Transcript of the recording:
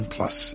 Plus